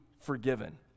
forgiven